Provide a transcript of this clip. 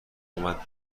اومد